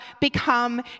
become